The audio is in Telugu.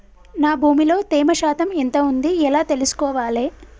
నా భూమి లో తేమ శాతం ఎంత ఉంది ఎలా తెలుసుకోవాలే?